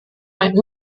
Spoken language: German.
ein